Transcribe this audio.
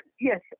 yes